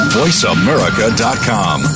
voiceamerica.com